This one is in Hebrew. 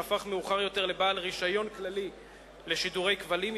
שהפך מאוחר יותר לבעל רשיון כללי לשידורי כבלים,